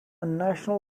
national